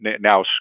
now